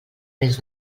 mes